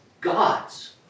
God's